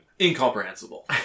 Incomprehensible